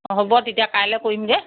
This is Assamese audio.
হ'ব তেতিয়া কাইলৈ কৰিমগৈ